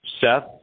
Seth